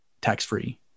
tax-free